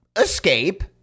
escape